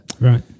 Right